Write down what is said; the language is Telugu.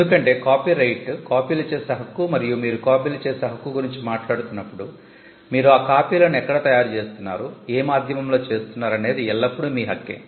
ఎందుకంటే కాపీరైట్ కాపీలు చేసే హక్కు మరియు మీరు కాపీలు చేసే హక్కు గురించి మాట్లాడుతున్నప్పుడు మీరు ఆ కాపీలను ఎక్కడ తయారు చేస్తున్నారు ఏ మాధ్యమంలో చేస్తున్నారు అనేది ఎల్లప్పుడూ మీ హక్కే